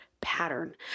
pattern